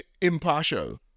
impartial